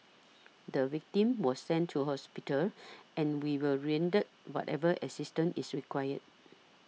the victim was sent to hospital and we will render whatever assistance is required